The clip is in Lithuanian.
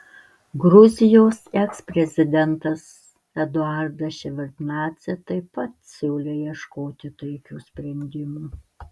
gruzijos eksprezidentas eduardas ševardnadzė taip pat siūlė ieškoti taikių sprendimų